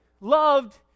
loved